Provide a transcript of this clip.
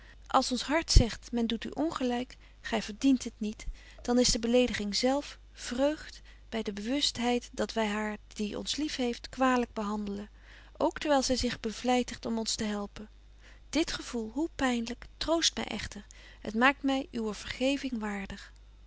als ons hart zegt men doet u ongelyk gy verbetje wolff en aagje deken historie van mejuffrouw sara burgerhart dient dit niet dan is de belediging zelf vreugd by de bewustheid dat wy haar die ons lief heeft kwalyk behandelen k terwyl zy zich bevlytigt om ons te helpen dit gevoel hoe pynlyk troost my echter het maakt my uwer vergeving waardig